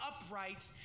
upright